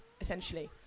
essentially